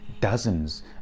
dozens